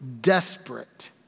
desperate